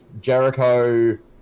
Jericho